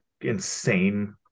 insane